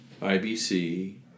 IBC